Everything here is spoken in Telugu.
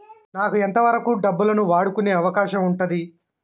నాకు ఎంత వరకు డబ్బులను వాడుకునే అవకాశం ఉంటది?